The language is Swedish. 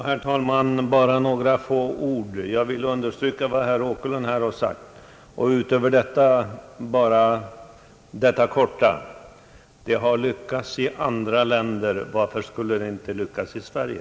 Herr talman! Bara några få ord! Jag vill understryka vad herr Åkerlund har sagt och utöver det helt kort säga: Det har lyckats i andra länder, varför skulle det inte lyckas i Sverige?